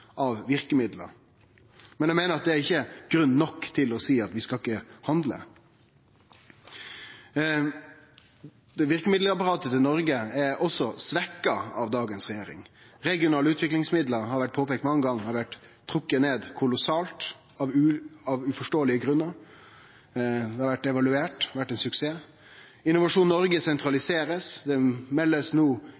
av verkemiddel. Men eg meiner at det ikkje er grunn nok til å seie at vi ikkje skal handle. Verkemiddelapparatet til Noreg er òg svekt av dagens regjering. Det har blitt påpeikt mange gonger at regionale utviklingsmiddel har blitt trekte ned kolossalt av uforståelege grunnar. Det har blitt evaluert, og har vore ein suksess. Innovasjon Noreg